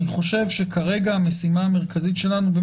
אני חושב שכרגע המשימה המרכזית שלנו היא